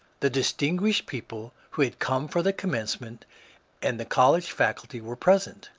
the distinguished people who had come for the commencement and the college faculty were present.